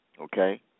okay